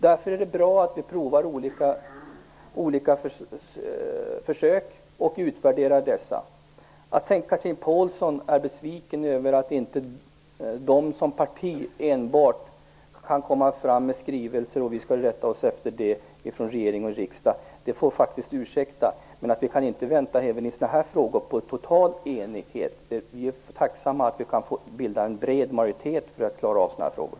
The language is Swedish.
Därför är det bra att vi gör olika försök och utvärderar dessa. Chatrine Pålsson är besviken över att inte Kristdemokraterna som ensamt parti kan komma med skrivelser som vi skall rätta oss efter i regering och riksdag, men hon får faktiskt ursäkta oss. Vi kan inte vänta även i sådana här frågor på total enighet. Vi är tacksamma att vi kan bilda en bred majoritet och därmed klara av sådana här frågor.